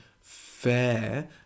fair